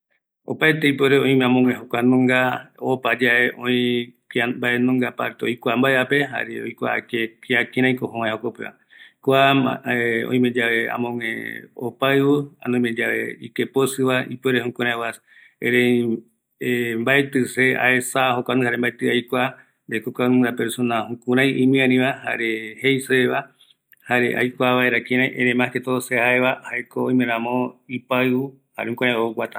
﻿Opaete ipuere oime amogue jokua nunga, opayae oï, kia mbaenunga parte oikua mbaevape, jare oikua kia, kiraiko ojo ovae jokopeva, kua ma oimeyave amogue opaiu, ani omeyave amogue ikeposiva, ipuere jukurai oasa, erei mbaeti se aesa jokua nunga jare mbaeti aikua, de que jokuanunga persona, jukurai imiariva, jare jeiseva, jare aikua vaera kirai, erei mas que todo, se jaeva jaeko oimeramo ipaiu jare jukurai oukuara